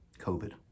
COVID